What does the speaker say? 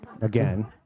Again